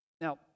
Now